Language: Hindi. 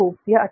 यह अच्छा है